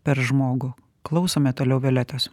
per žmogų klausome toliau violetos